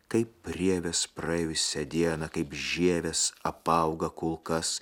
kaip rievės praeivis dieną kaip žievės apauga kol kas